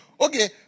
Okay